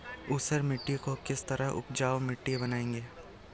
ऊसर मिट्टी को किस तरह उपजाऊ मिट्टी बनाएंगे?